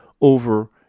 over